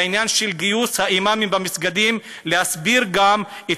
העניין של גיוס האימאמים במסגדים להסביר גם את